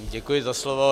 Děkuji za slovo.